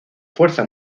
fuerza